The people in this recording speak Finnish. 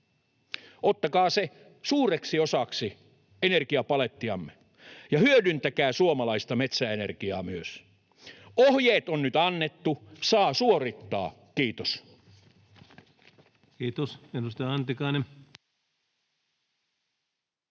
Ottakaa se suureksi osaksi energiapalettiamme ja hyödyntäkää suomalaista metsäenergiaa myös. Ohjeet on nyt annettu, saa suorittaa. — Kiitos.